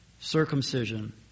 circumcision